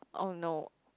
!oh no!